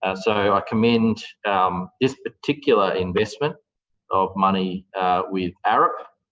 ah so, i commend um this particular investment of money with arup,